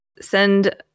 send